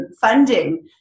funding